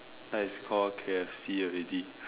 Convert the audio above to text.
that is called K_F_C already